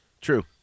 True